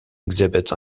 exhibits